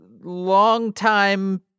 longtime